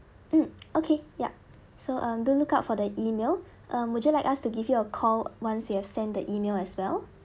mm okay yup so um do look out for the email um would you like us to give you a call once we have sent the email as well